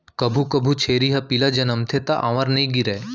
कभू कभू छेरी ह पिला जनमथे त आंवर नइ गिरय